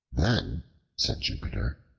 then said jupiter,